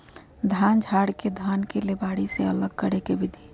धान झाड़ के धान के लेबारी से अलग करे के विधि